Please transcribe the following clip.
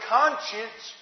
conscience